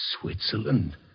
Switzerland